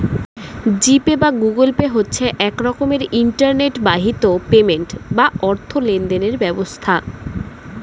জি Pay বা Google Pay হচ্ছে এক রকমের ইন্টারনেট বাহিত পেমেন্ট বা অর্থ লেনদেনের ব্যবস্থা